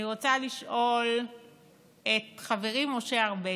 אני רוצה לשאול את חברי משה ארבל,